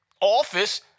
office